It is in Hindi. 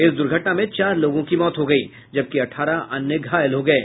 इस द्र्घटना में चार लोगों की मौत हो गयी जबकि अठारह अन्य घायल हो गये